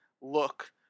look